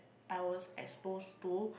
I was exposed to